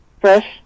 fresh